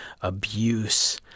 abuse